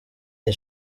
iyi